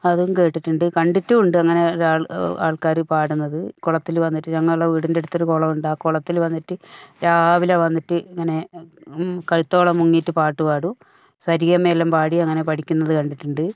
അതും കേട്ടിട്ടുണ്ട് കണ്ടിട്ടും ഉണ്ട് അങ്ങനെ ആൾക്കാർ പാടുന്നത് കുളത്തിൽ വന്നിട്ട് ഞങ്ങളുടെ വീടിന്റെ അടുത്തൊരു കുളമുണ്ട് ആ കുളത്തിൽ വന്നിട്ട് രാവിലെ വന്നിട്ട് ഇങ്ങനെ കഴുത്തോളം മുങ്ങിയിട്ട് പാട്ടു പാടും സരിഗമ എല്ലാം പാടി അങ്ങനെ പഠിക്കുന്നത് കണ്ടിട്ടുണ്ട്